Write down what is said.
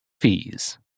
fees